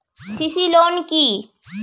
CC loan কি?